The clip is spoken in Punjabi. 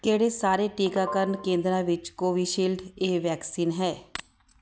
ਕਿਹੜੇ ਸਾਰੇ ਟੀਕਾਕਰਨ ਕੇਂਦਰਾਂ ਵਿੱਚ ਕੋਵਿਸ਼ਿਲਡ ਇਹ ਵੈਕਸੀਨ ਹੈ